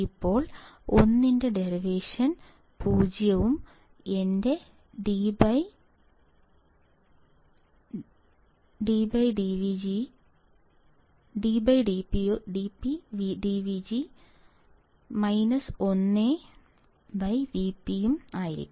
ഇപ്പോൾ 1 ന്റെ ഡെറിവേഷൻ 0 ഉം എന്റെ dVGS Vp 1 Vp ഉം ആയിരിക്കും